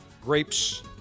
grapes